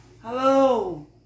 Hello